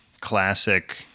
classic